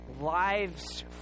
lives